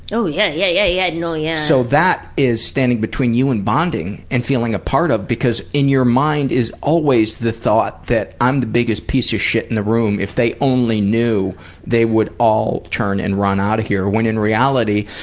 oh yeah! yeah, yeah, yeah, yeah, no, yeah. so that is standing between you and bonding and feeling a part of because in your mind is always the thought that i'm the biggest piece of shit in the room. if they only knew they would all turn and run out of here' when in reality,